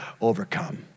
overcome